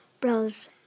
Bros